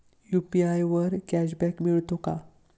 UPI वर cashback मिळतो का?